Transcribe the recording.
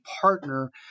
partner